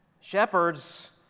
Shepherds